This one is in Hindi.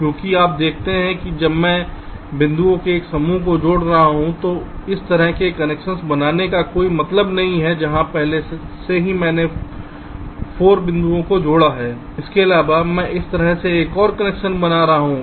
क्योंकि आप देखते हैं जब मैं बिंदुओं के एक समूह को जोड़ रहा हूं तो इस तरह से कनेक्शन बनाने का कोई मतलब नहीं है जहां पहले से ही मैंने 4 बिंदुओं को जोड़ा है इसके अलावा मैं इस तरह से एक और कनेक्शन बना रहा हूं